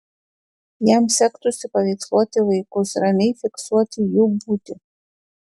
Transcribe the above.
jam sektųsi paveiksluoti vaikus ramiai fiksuoti jų būtį